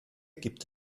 gibt